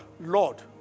Lord